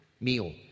meal